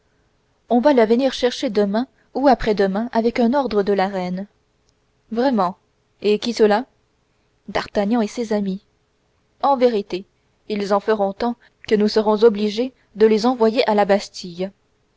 on va la venir chercher demain ou après-demain avec un ordre de la reine vraiment et qui cela d'artagnan et ses amis en vérité ils en feront tant que nous serons obligés de les envoyer à la bastille